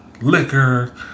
Liquor